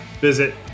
visit